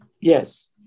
Yes